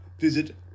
visit